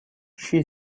she